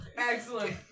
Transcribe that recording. Excellent